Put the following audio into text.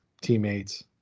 teammates